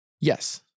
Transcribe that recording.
Yes